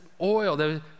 oil